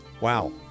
Wow